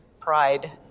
pride